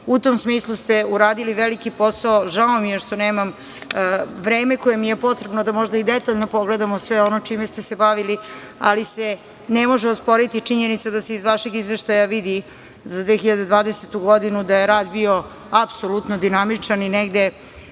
tom smislu ste uradili veliki posao. Žao mi je što nemam vreme koje mi je potrebno da možda i detaljno pogledamo sve ono čime ste se bavili, ali se ne može osporiti činjenica da se iz vašeg izveštaja vidi, za 2020. godinu, da je rad bio apsolutno dinamičan i negde